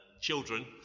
children